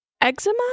Eczema